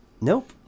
Nope